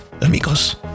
amigos